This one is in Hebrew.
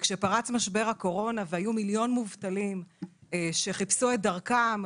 כשפרץ משבר הקורונה והיו מיליון מובטלים שחיפשו את דרכם,